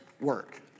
work